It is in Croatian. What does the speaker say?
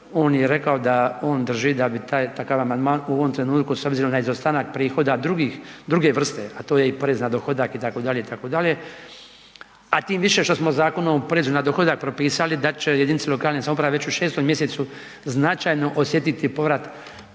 taj takav amandman u ovom trenutku s obzirom na izostanak prihoda druge vrste, a to je i porez na dohodak itd., itd., a tim više što smo Zakonom o porezu na dohodak propisali da će jedinice lokalne samouprave već u 6. mjesecu značajno osjetiti povrat